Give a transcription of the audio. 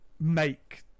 make